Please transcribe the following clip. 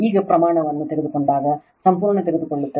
ಈಗ ಪ್ರಮಾಣವನ್ನು ತೆಗೆದುಕೊಂಡಾಗ ಸಂಪೂರ್ಣ ತೆಗೆದುಕೊಳ್ಳುತ್ತದೆ